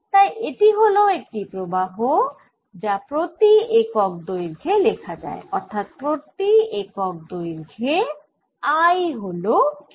তাই এটি হল একটি প্রবাহ যা প্রতি একক দৈর্ঘ্যে লেখা যায় অর্থাৎ প্রতি একক দৈর্ঘ্যে I হল K